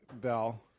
bell